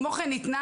כמו כן,